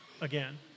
again